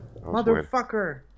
Motherfucker